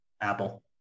Apple